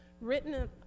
Written